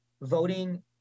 voting